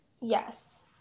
Yes